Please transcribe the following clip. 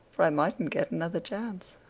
for i mightn't get another chance.